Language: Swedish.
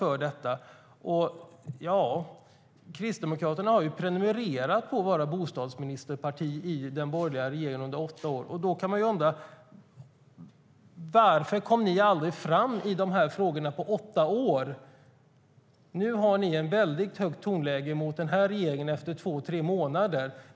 Men Kristdemokraterna har prenumererat på att vara bostadsministerparti i den borgerliga regeringen under åtta år, och då kan man undra: Varför kom ni aldrig framåt i de här frågorna på åtta år? Nu har ni ett väldigt högt tonläge mot regeringen efter bara två tre månader.